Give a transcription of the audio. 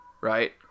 right